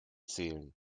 zählen